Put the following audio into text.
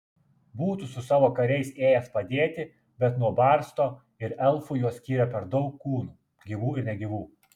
būtų su savo kariais ėjęs padėti bet nuo barsto ir elfų juos skyrė per daug kūnų gyvų ir negyvų